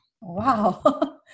Wow